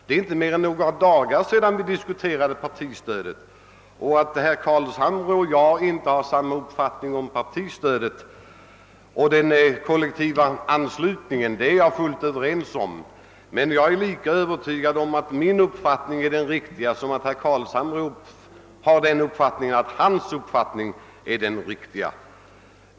Det är inte mer än några dagar sedan vi diskuterade partistödet. Att herr Carlshamre och jag inte har samma uppfattning om partistödet och den kollektiva anslutningen är jag medveten om, men liksom herr Carlshamre är övertygad om att hans uppfattning är riktig är jag övertygad om att min uppfattning är den riktiga.